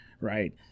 Right